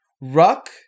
Ruck